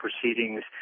proceedings